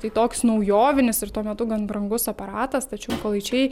tai toks naujovinis ir tuo metu gan brangus aparatas tačiau mykolaičiai